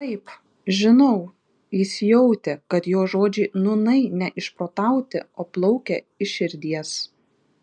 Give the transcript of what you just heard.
taip žinau jis jautė kad jo žodžiai nūnai ne išprotauti o plaukia iš širdies